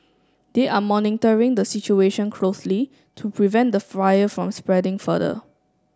they are monitoring the situation closely to prevent the fire from spreading further